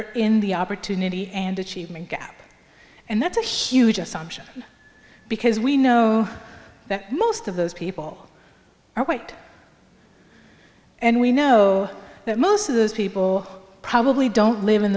are in the opportunity and achievement gap and that's a huge assumption because we know that most of those people are white and we know that most of those people probably don't live in